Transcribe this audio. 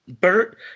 Bert